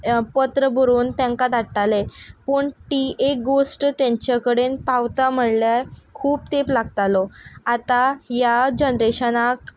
पत्र बरोवन तेंकां धाडटाले पूण टी एक गोश्ट तेंच्या कडेन पावता म्हळ्ळ्यार खूब तेंप लागतालो आतां ह्या जनरेशनाक